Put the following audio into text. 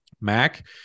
Mac